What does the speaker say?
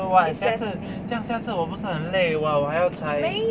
so !wah! 下次这样下次我不是很累 !wah! 我还要猜